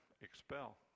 expel